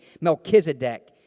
Melchizedek